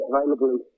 available